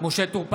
משה טור פז,